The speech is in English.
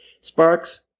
Sparks